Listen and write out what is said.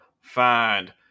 find